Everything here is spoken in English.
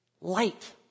light